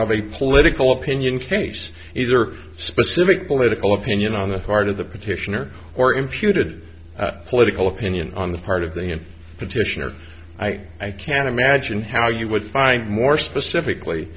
of a political opinion case either specific political opinion on the part of the petitioner or imputed political opinion on the part of the petitioner i can imagine how you would find more specifically